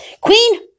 Queen